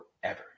forever